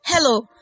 Hello